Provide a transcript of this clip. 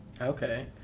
Okay